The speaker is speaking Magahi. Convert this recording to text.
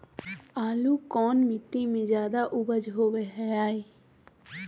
आलू कौन मिट्टी में जादा ऊपज होबो हाय?